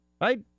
Right